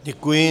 Děkuji.